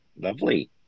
Lovely